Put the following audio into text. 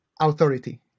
authority